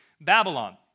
Babylon